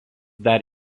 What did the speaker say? dar